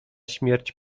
śmierć